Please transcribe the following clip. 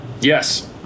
Yes